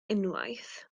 unwaith